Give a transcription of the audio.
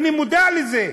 אני מודע לזה.